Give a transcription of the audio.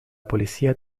policía